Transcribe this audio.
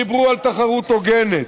דיברו על תחרות הוגנת.